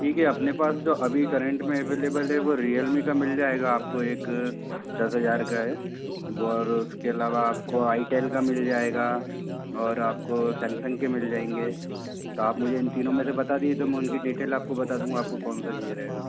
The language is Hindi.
ठीक है अपने पास जो अभी करंट में अवेलेबल है वो रियलमी का मिल जाएगा आपको एक दस हजार का है और उसके अलावा आपको आईटेल का मिल जाएगा और आपको सैमसंग के मिल जाएंगे तो आप मुझे इन तीनों में से बता दिए तो मैं उनकी डिटेल आपको बता दूँगा आपको कौन सा चाहिए रहेगा